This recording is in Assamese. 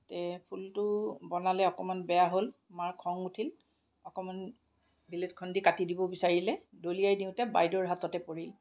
তে ফুলটো বনালে অকণমান বেয়া হ'ল মাৰ খং উঠিল অকণমান ব্লেডখন দি কাটি দিব বিচাৰিলে দলিয়াই দিওঁতে বাইদেউৰ হাততে পৰিল